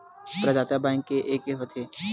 प्रदाता बैंक के एके होथे?